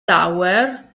tower